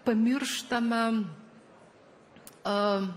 pamirštame a